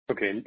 Okay